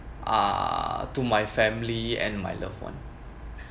uh to my family and my loved [one]